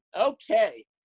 Okay